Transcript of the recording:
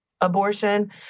abortion